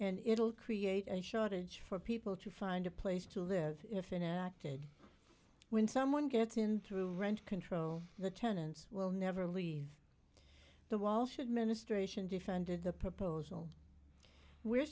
and it'll create a shortage for people to find a place to live if in acted when someone gets in through rent control the tenants will never leave the walsh administration defended the proposal we're